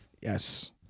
yes